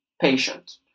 patient